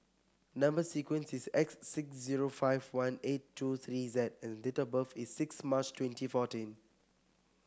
number sequence is S six zero five one eight two three Z and date of birth is six March twenty fourteen